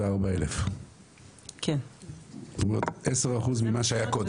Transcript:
24,000. זאת אומרת 10% ממה שהיה קודם.